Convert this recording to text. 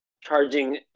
Charging